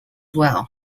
well